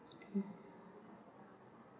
mm